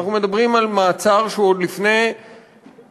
אנחנו מדברים על מעצר שהוא עוד לפני משפט,